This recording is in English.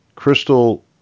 crystal